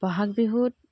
বহাগ বিহুত